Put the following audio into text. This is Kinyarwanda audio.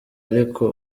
ariko